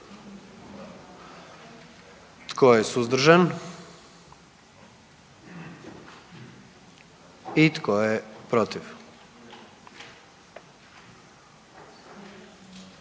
Tko je suzdržan? I tko je protiv?